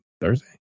Thursday